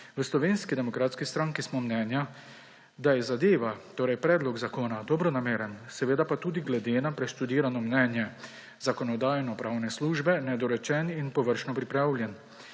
V Slovenski demokratski stranki smo mnenja, da je zadeva, torej predlog zakona, dobronameren, seveda pa tudi glede na preštudirano mnenje Zakonodajno-pravne službe nedorečen in površno pripravljen;